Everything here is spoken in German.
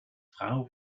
frau